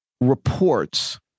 reports